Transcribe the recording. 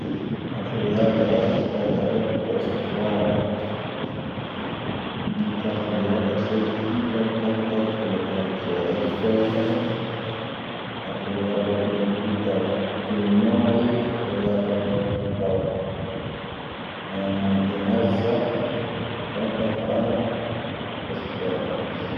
ⴰⵔ ⵔⵉⵢⴰⴷⵀⴰ, pⴻⵜⴰ ⵔⵉⵜⵜⵓ ⵙⴰⴰⵀⴰⵜ, ⵏⵜⴰ ⵔⵉⵢⴰⴷⵀⴰ ⵜⴻⵏ ⵜⵉⴷⴰ, pⴰⴰⴷⵀⴰ ⴽⴰⵍⴰⴷⵀⴰ ⵔⵉⵜⵡⴰⵉ, ⵉⵙⵡⴰⵉ ⵡⴰⵏ. ⴰⵔ ⵔⵉⵢⴰⴷⵀⴰ ⵜⴻⵏ ⵜⵉⴷⴰ, ⴷⵉⵏ ⵎⴰⵉⴷ ⵔⵉⵢⴰⴷⵀⴰ ⵜⴻⵏ ⵜⵉⴷⴰ, ⴷⵉⵏ ⵀⴰⵣⴰⵍ, pⴰⴰⴷⵀⴰ pⴰⵔⴰⵏⴰⵜ, ⵉⵙⵡⴰⵀⴰⵜ.